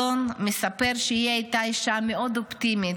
אלון מספר שהיא הייתה אישה מאוד אופטימית,